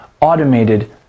automated